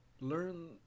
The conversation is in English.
learn